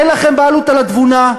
אין לכם בעלות על התבונה,